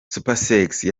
supersexy